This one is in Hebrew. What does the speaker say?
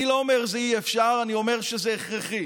אני לא אומר שזה אי-אפשר, אני אומר שזה הכרחי.